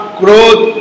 growth